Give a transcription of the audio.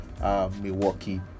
Milwaukee